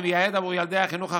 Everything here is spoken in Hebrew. אני מייעד עבור ילדי החינוך החרדי.